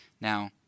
Now